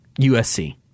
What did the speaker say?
USC